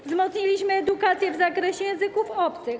Wzmocniliśmy edukację w zakresie języków obcych.